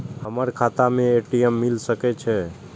हमर खाता में ए.टी.एम मिल सके छै?